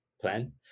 plan